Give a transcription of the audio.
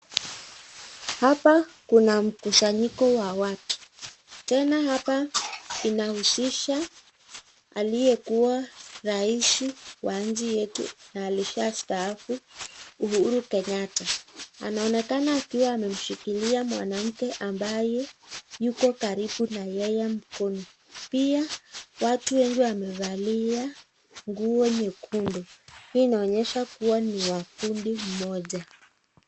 Hapa kuna mkusanyiko wa watu , tena hapa inahusisha aliyekuwa rais wa nchi yetu na alishastaafu Uhuru Kenyatta , anaonekana akiwa amemshikilia mwanamke ambaye yuko karibu na yeye mkono, pia watu wengi wamevalia nguo nyekundu ,hii inaonyesha kuwa ni wa kundi moja.